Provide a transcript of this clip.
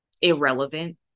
irrelevant